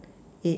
eight